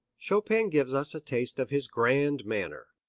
chopin gives us a taste of his grand manner.